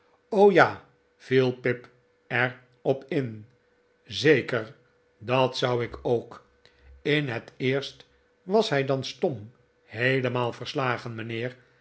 ja viel pip er op in zeker dat zou ik ook in het eerst was hij dan stom heelemaal verslagen mijnheer